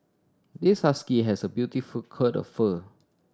this husky has a beautiful coat of fur